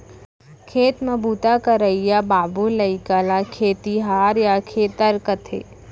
खेत म बूता करइया बाबू लइका ल खेतिहार या खेतर कथें